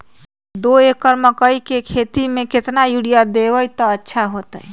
दो एकड़ मकई के खेती म केतना यूरिया देब त अच्छा होतई?